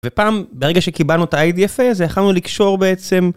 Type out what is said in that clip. ופעם ברגע שקיבלנו את ה-idfa יכול לקשור בעצם.